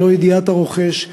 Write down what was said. ללא ידיעת הרוכש,